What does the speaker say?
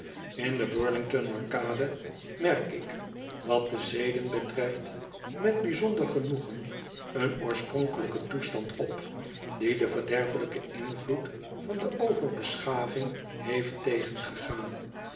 in den burlington arcade merk ik wat de zeden betreft met bijzonder genoegen eeltoorspronkelijken toestand op die den verderfelijk en invloed van overbeschaving heeft tegengegaan